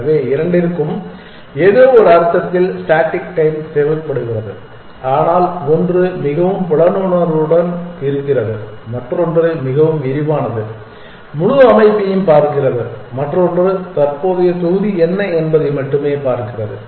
எனவே இரண்டிற்கும் ஏதோவொரு அர்த்தத்தில் ஸ்டேடிக் டைம் தேவைப்படுகிறது ஆனால் ஒன்று மிகவும் புலனுணர்வுடன் இருக்கிறது மற்றொன்று மிகவும் விரிவானது முழு அமைப்பையும் பார்க்கிறது மற்றொன்று தற்போதைய தொகுதி என்ன என்பதை மட்டுமே பார்க்கிறது